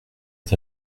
est